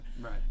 Right